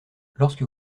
lorsque